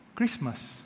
Christmas